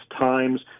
times